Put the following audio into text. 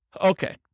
Okay